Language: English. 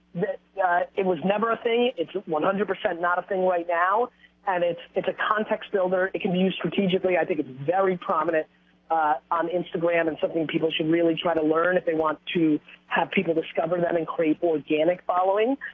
that it was never a thing, it's one hundred percent not a thing right now and it's it's a context builder. it can be used strategically. i think it's very prominent on instagram and something people should really try to learn if they want to have people discover them and create organic following